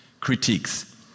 critiques